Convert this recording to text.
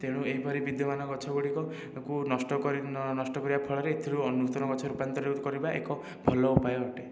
ତେଣୁ ଏହିପରି ବିଦ୍ୟମାନ ଗଛ ଗୁଡ଼ିକକୁ ନଷ୍ଟ କରି ନଷ୍ଟ କରିବା ଫଳରେ ଏଥିରୁ ନୂତନ ଗଛ ରୂପାନ୍ତରିତ କରିବା ଏକ ଭଲ ଉପାୟ ଅଟେ